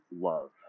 love